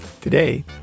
Today